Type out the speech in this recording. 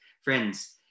friends